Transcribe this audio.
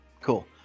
cool